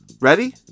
Ready